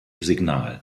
signal